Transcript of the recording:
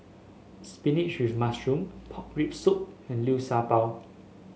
spinach with mushroom Pork Rib Soup and Liu Sha Bao